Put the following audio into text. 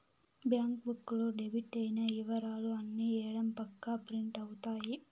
bank book లో debit అయిన ఇవరాలు అన్ని ఎడం పక్క ప్రింట్ అవుతాయి